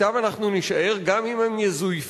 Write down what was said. אתן אנחנו נישאר גם אם הן יזויפו.